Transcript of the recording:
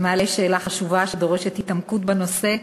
מעלה שאלה חשובה, שדורשת התעמקות בנושא,